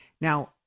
Now